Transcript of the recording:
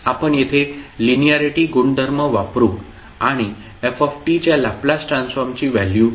आपण येथे लिनिअरिटी गुणधर्म वापरु आणि f च्या लॅप्लेस ट्रान्सफॉर्मची व्हॅल्यू शोधू